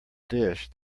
dish